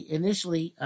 initially